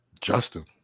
Justin